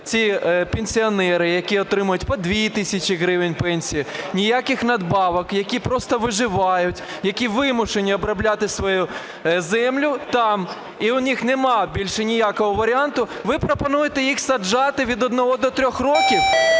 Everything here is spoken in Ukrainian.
ці пенсіонери, які отримують по 2 тисячі гривень пенсії, ніяких надбавок, які просто виживають, які вимушені обробляти свою землю там, і в них немає більше ніякого варіанту, ви пропонуєте їх саджати від 1 до 3 років?